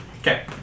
Okay